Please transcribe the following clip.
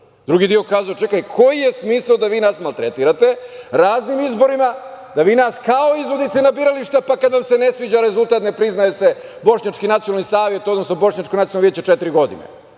Drugi deo je kazao – čekajte, koji je smisao da vi nas maltretirate raznim izborima, da vi nas kao izvodite na birališta, pa kad vam se ne sviđa rezultat ne priznaje se Bošnjački nacionalni savet, odnosno Bošnjačko nacionalno veće četiri godine?